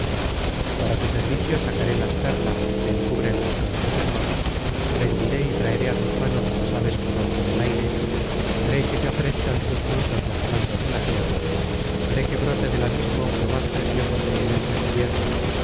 para tu servicio sacaré las perlas que encubren las conchas del mar rendiré y traeré á tus manos las aves que rompen el aire haré que te ofrezcan sus frutos las plantas de la tierra haré que brote del abismo lo más precioso que en él se encierra